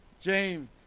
James